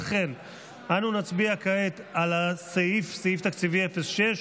לכן אנו נצביע כעת על סעיף תקציבי 06,